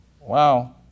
Wow